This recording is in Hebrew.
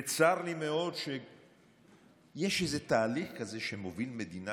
וצר לי מאוד שיש איזה תהליך כזה שמוביל מדינה